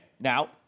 Now